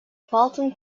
fulton